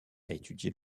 étudié